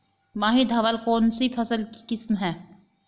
माही धवल कौनसी फसल की किस्म है?